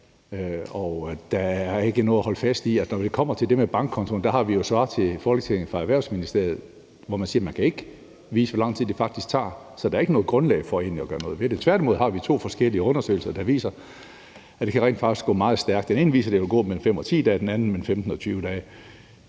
der er ikke noget at holde fast i, for når det kommer til det med bankkontoen, har vi jo svaret til Folketinget fra Erhvervsministeriet, hvor man siger, man ikke kan vise, hvor lang tid det faktisk tager. Så der er ikke noget grundlag for egentlig at gøre noget ved det. Tværtimod har vi to forskellige undersøgelser, der viser, at det rent faktisk kan gå meget stærkt. Den ene viser, at der vil gå mellem 5 og 10 dage, den anden mellem 15 og 20 dage.